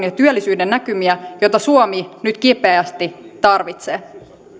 ja työllisyyden näkymiä joita suomi nyt kipeästi tarvitsee arvoisa